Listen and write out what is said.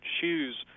shoes